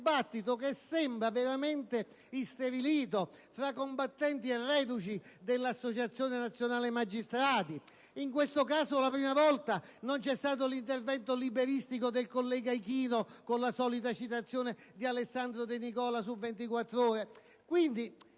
un dibattito che sembra veramente isterilito tra combattenti e reduci dell'associazione nazionale magistrati, in questo caso la prima volta non vi è stato l'intervento liberistico del collega Ichino con la solita citazione di Alessandro De Nicola su